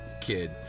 kid